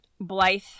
Blythe